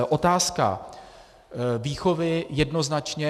Otázka výchovy jednoznačně.